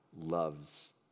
loves